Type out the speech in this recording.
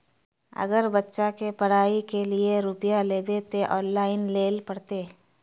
अगर बच्चा के पढ़ाई के लिये रुपया लेबे ते ऑनलाइन लेल पड़ते?